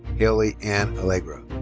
hailey anne allegra.